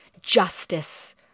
Justice